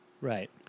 Right